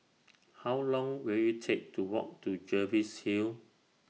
How Long Will IT Take to Walk to Jervois Hill